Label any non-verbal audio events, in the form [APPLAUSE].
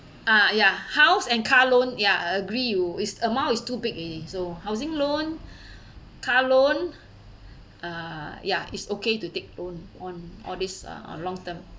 ah ya house and car loan ya I agree you it's amount is too big already so housing loan [BREATH] car loan uh ya it's okay to take loan on all this uh on long term